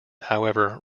however